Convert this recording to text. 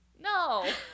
No